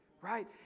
Right